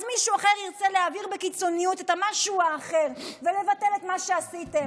אז מישהו אחר ירצה להעביר בקיצוניות את המשהו האחר ולבטל את מה שעשיתם.